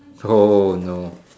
oh no